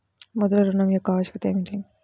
ముద్ర ఋణం యొక్క ఆవశ్యకత ఏమిటీ?